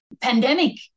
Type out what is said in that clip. pandemic